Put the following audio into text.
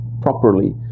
properly